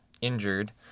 injured